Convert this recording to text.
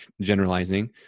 generalizing